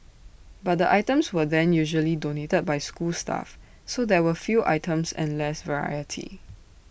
but the items were then usually donated by school staff so there were few items and less variety